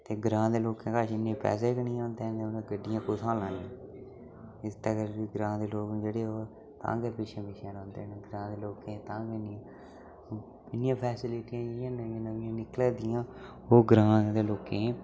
ते ग्रांऽ दे लोकें कश इ'न्ने पैसे गै निं होंदे हैन ते उ'नें गड्डियां कु'त्थें लानियां इस्सै करी ग्रांऽ दे लोग न जेह्ड़े ओह् तां गै पिच्छें पिच्छें रौहंदे न ग्रांऽ दे लोकें ई तां गै इ'न्नियां फैसिलिटियां जेह्ड़ियां न'म्मियां न'म्मियां निकला दियां न ओह् ग्रांऽ दे लोकें ई